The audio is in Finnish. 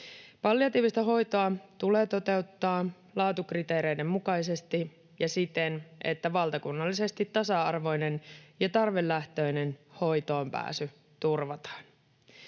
Palliatiivista hoitoa tulee toteuttaa laatukriteereiden mukaisesti ja siten, että valtakunnallisesti tasa-arvoinen ja tarvelähtöinen hoitoonpääsy turvataan.